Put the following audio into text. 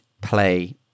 play